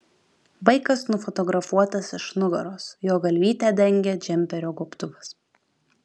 vaikas nufotografuotas iš nugaros jo galvytę dengia džemperio gobtuvas